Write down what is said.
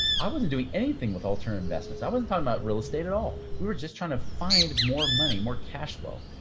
i wasn't doing anything with alternative investments. i wasn't talking about real estate at all. we were just trying to find more money, more cash flow.